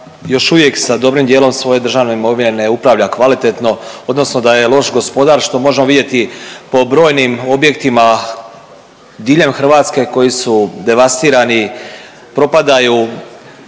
još uvijek sa dobrim dijelom svoje državne imovine ne upravlja kvalitetno odnosno da je loš gospodar što možemo vidjeti po brojnim objektima diljem Hrvatske koji su devastirani, propadaju,